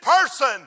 person